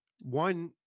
one